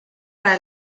para